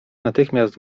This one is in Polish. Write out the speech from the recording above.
natychmiast